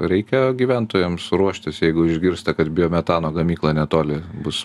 reikia gyventojams ruoštis jeigu išgirsta kad biometano gamykla netoli bus